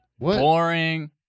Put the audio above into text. Boring